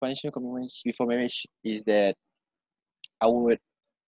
financial commitments before marriage is that I would